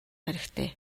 хэрэгтэй